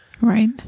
Right